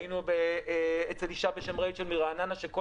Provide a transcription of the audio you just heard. היינו גם אצל אישה בשם רייצ'ל מרעננה שכל